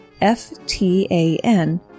F-T-A-N